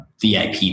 VIP